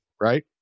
right